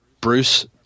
Bruce –